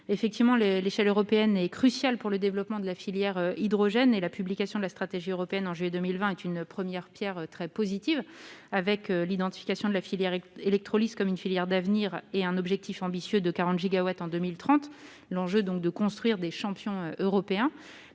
Houllegatte, l'échelon européen est crucial pour le développement de la filière de l'hydrogène. À cet égard, la publication de la stratégie européenne en juillet 2020 est une première étape très positive. Celle-ci identifie la filière électrolyse comme une filière d'avenir et porte un objectif ambitieux de 40 gigawatts en 2030. L'enjeu est de construire des champions européens